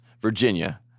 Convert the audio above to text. Virginia